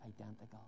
identical